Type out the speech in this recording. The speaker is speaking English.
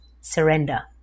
Surrender